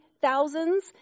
thousands